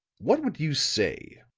what would you say,